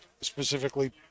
specifically